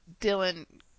Dylan